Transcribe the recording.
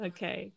Okay